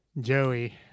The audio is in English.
Joey